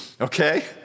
Okay